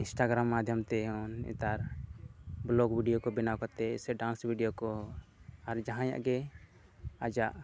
Instagram ᱢᱟᱭᱫᱷᱚᱢ ᱛᱮᱦᱚᱸ ᱱᱮᱛᱟᱨ ᱵᱞᱚᱠ ᱵᱷᱤᱰᱭᱳ ᱠᱚ ᱵᱮᱱᱟᱣ ᱠᱟᱛᱮᱫ ᱥᱮ ᱰᱟᱱᱥ ᱵᱷᱤᱰᱭᱳ ᱠᱚ ᱟᱨ ᱡᱟᱦᱟᱭᱟᱜ ᱜᱮ ᱟᱡᱟᱜ